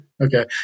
okay